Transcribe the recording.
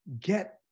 get